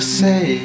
say